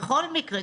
בכל מקרה,